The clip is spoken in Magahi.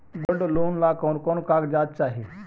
गोल्ड लोन ला कौन कौन कागजात चाही?